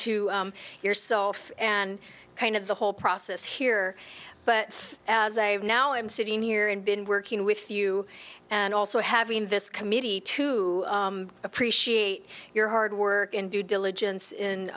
to yourself and kind of the whole process here but now i'm sitting here and been working with you and also having this committee to appreciate your hard work and due diligence in